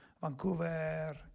Vancouver